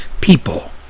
people